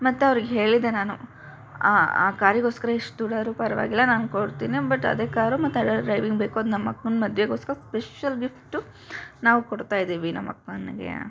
ಮತ್ತು ಅವ್ರಿಗೆ ಹೇಳಿದೆ ನಾನು ಆ ಕಾರಿಗೋಸ್ಕರ ಎಷ್ಟು ದುಡ್ಡಾದ್ರೂ ಪರ್ವಾಗಿಲ್ಲ ನಾನು ಕೊಡ್ತೀನಿ ಬಟ್ ಅದೇ ಕಾರು ಮತ್ತು ಅದೇ ಡ್ರೈವಿಂಗ್ ಬೇಕು ಅದು ನಮ್ಮ ಅಕ್ಕನ ಮದುವೆಗೋಸ್ಕರ ಸ್ಪೆಷಲ್ ಗಿಫ್ಟು ನಾವು ಕೊಡ್ತಾ ಇದ್ದೀವಿ ನಮ್ಮ ಅಕ್ಕನಿಗೆ